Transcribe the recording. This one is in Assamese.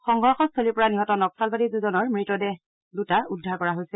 সংঘৰ্ষস্থলীৰ পৰা নিহত নক্সালবাদী দুজনৰ মৃতদেহ দুটা উদ্ধাৰ কৰা হৈছে